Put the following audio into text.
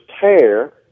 tear